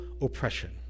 oppression